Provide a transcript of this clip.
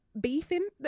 beefing